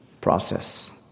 process